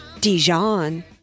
Dijon